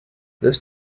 this